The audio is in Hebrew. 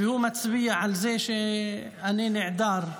הוא מצביע על זה שאני נעדר,